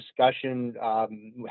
discussion